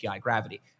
gravity